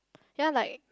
ya like